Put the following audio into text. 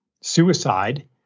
suicide